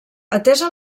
atesa